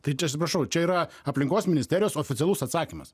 tai čia atsiprašau čia yra aplinkos ministerijos oficialus atsakymas